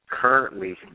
Currently